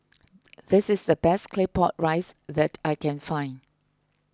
this is the best Claypot Rice that I can find